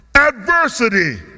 adversity